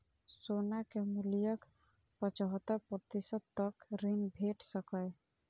सोना के मूल्यक पचहत्तर प्रतिशत तक ऋण भेट सकैए